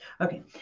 okay